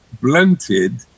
blunted